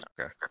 Okay